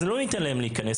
אז לא ניתן להם להיכנס.